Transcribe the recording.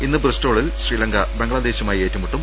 ഇന്ന് ബ്രിസ്റ്റോളിൽ ശ്രീലങ്ക ബംഗ്ലാദേശുമായി ഏറ്റുമുട്ടും